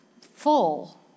full